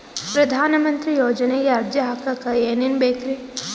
ಪ್ರಧಾನಮಂತ್ರಿ ಯೋಜನೆಗೆ ಅರ್ಜಿ ಹಾಕಕ್ ಏನೇನ್ ಬೇಕ್ರಿ?